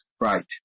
Right